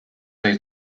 sai